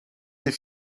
des